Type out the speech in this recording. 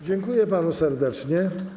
Dziękuję panu serdecznie.